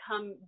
Come